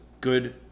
good